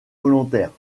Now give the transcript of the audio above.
volontaires